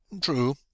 True